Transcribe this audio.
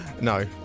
No